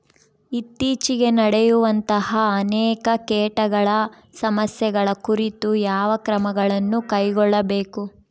ಇತ್ತೇಚಿಗೆ ನಡೆಯುವಂತಹ ಅನೇಕ ಕೇಟಗಳ ಸಮಸ್ಯೆಗಳ ಕುರಿತು ಯಾವ ಕ್ರಮಗಳನ್ನು ಕೈಗೊಳ್ಳಬೇಕು?